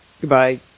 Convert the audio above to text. goodbye